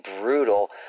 brutal